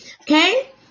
Okay